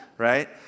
Right